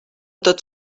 tot